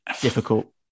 difficult